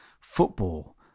football